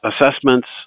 assessments